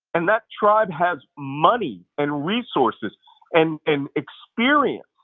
and that tribe has money and resources and and experience.